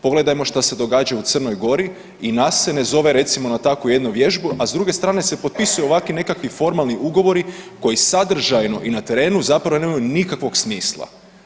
Pogledajmo što se događa u Crnoj Gori i nas se ne zove recimo na takvu jednu vježbu, a s druge strane se potpisuje ovakvi nekakvi formalni ugovori koji sadržajno i na terenu zapravo nemaju nikakvog smisla.